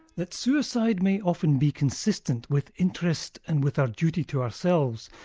that suicide may often be consistent with interest and with our duty to ourselves,